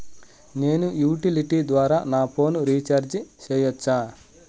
నేను యుటిలిటీ ద్వారా నా ఫోను రీచార్జి సేయొచ్చా?